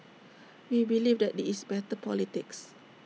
we believe that this is better politics